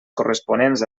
corresponents